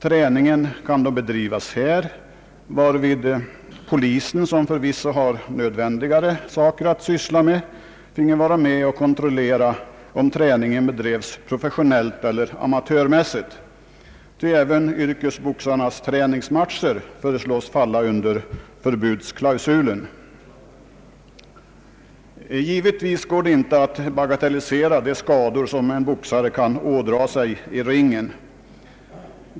Träningen kan då bedrivas här, varvid polisen, som förvisso har nödvändigare saker att syssla med, finge vara med och kontrollera om träningen bedrivs professionellt eller amatörmässigt, ty även yrkesboxarnas träningsmatcher föreslås falla under förbudsklausulen. Givetvis går det inte att bagatellisera de skador som en boxare kan ådra sig i ringen.